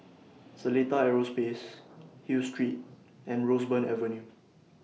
Seletar Aerospace Hill Street and Roseburn Avenue